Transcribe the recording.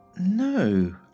No